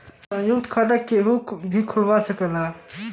संयुक्त खाता केहू भी खुलवा सकेला